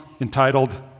entitled